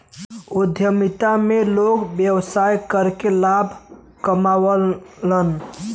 उद्यमिता में लोग व्यवसाय करके लाभ कमावलन